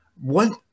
one